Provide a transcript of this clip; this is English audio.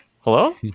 Hello